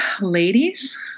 ladies